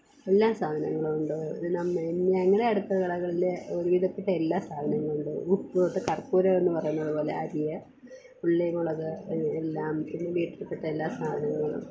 എല്ലാ സാധനങ്ങളുമുണ്ട് ഒരു നമ്മെ ഞങ്ങളുടെ അടുത്ത് കടകളിൽ ഒരു വിധപ്പെട്ട എല്ലാ സാധനങ്ങളുമുണ്ട് ഉപ്പ് തൊട്ട് കര്പ്പൂരം എന്ന് പറയുന്നത് പോലെ അരി ഉള്ളി മുളക് എല്ലാം പിന്നെ വീട്ടില് പെട്ട എല്ലാ സാധനങ്ങളും